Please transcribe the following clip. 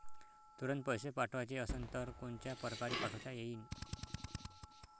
तुरंत पैसे पाठवाचे असन तर कोनच्या परकारे पाठोता येईन?